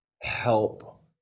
help